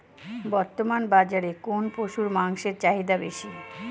বর্তমান বাজারে কোন পশুর মাংসের চাহিদা বেশি?